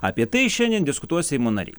apie tai šiandien diskutuos seimo nariai